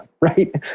right